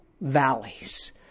valleys